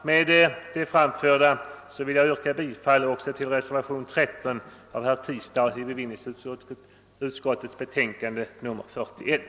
Med det anförda vill jag yrka bifall också till reservationen 13 av herr Tistad m.fl. vid bevillningsutskottets betänkande nr 41.